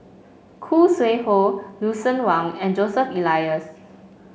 Khoo Sui Hoe Lucien Wang and Joseph Elias